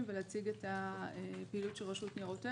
ולהציג את הפעילות של רשות ניירות ערך.